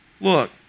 look